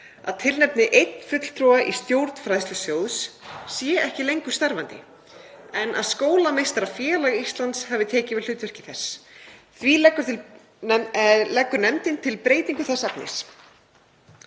að tilnefni einn fulltrúa í stjórn Fræðslusjóðs, sé ekki lengur starfandi en að Skólameistarafélag Íslands hafi tekið við hlutverki þess. Því leggur nefndin til breytingu þess efnis.